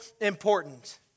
important